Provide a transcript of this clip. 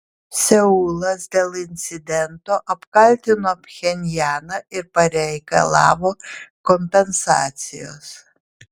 seulas dėl incidento apkaltino pchenjaną ir pareikalavo kompensacijos